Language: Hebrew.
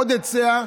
עוד היצע,